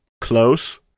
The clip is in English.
Close